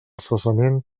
cessament